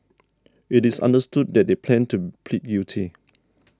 it is understood that they plan to plead guilty